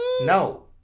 No